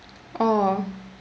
oh